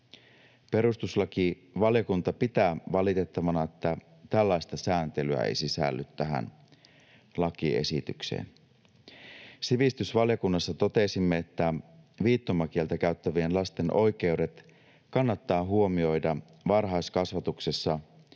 Perustuslakivaliokunta pitää valitettavana, että tällaista sääntelyä ei sisälly tähän lakiesitykseen. Sivistysvaliokunnassa totesimme, että viittomakieltä käyttävien lasten oikeudet kannattaa huomioida varhaiskasvatuksessa